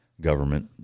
government